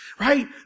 Right